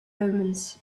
omens